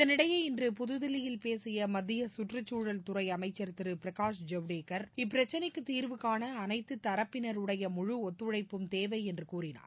இதனிடையே இன்று புதுதில்லியில் பேசிய மத்திய சுற்று சூழல் துறை அமைச்ச் திரு பிரகாஷ் ஐவ்டேகர் இப்பிரச்சினைக்கு தீர்வு காண அளைத்து தரப்பினருடை முழு ஒத்துழைப்பும் தேவை என்று கூறினார்